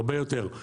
הרבה יותר.